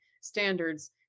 standards